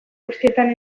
guztietan